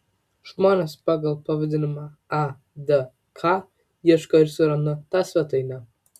žmonės pagal pavadinimą adk ieško ir suranda tą svetainę